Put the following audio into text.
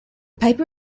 paper